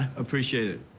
appreciate it.